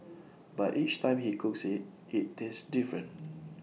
but each time he cooks IT it tastes different